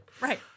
Right